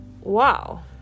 Wow